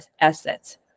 assets